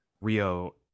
Rio